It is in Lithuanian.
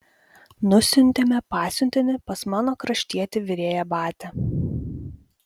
nusiuntėme pasiuntinį pas mano kraštietį virėją batią